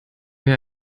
mir